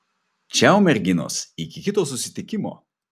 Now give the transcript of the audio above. čiau merginos iki kito susitikimo